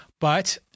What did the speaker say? but-